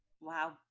Wow